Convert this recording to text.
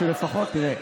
תראה,